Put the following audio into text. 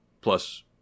plus